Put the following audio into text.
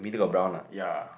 don't know lah ya